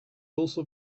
also